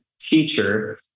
teacher